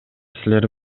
силер